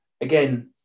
Again